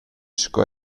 sco